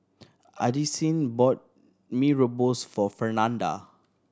Addisyn bought Mee Rebus for Fernanda